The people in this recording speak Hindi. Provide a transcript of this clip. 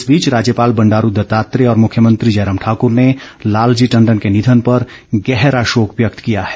इस बीच राज्यपाल बंडारू दत्तात्रेय और मुख्यमंत्री जयराम ठाकुर ने लालजी टंडन के निधन पर गहरा शोक व्यक्त किया है